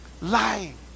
Lying